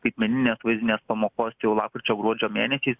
skaitmeninės vaizdinės pamokos jau lapkričio gruodžio mėnesiais